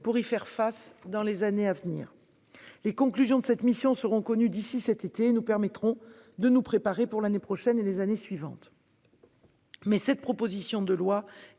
d'y faire face dans les années à venir. Les conclusions de cette mission seront connues d'ici à cet été ; cela nous permettra de nous préparer pour l'année prochaine et les années suivantes. Cette proposition de loi